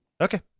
Okay